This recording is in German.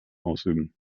ausüben